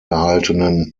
gehaltenen